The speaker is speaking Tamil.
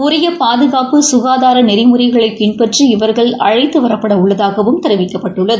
உரிய பாதுகாப்பு சுகாதார நெறிமுறைகளை பின்பற்றி இவர்கள் அழைத்து வரப்பட உள்ளதாகவும் தெரிவிக்கப்பட்டுள்ளது